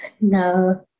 No